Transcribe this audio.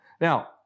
Now